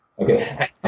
Okay